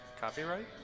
copyright